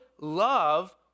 love